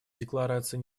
декларации